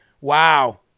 Wow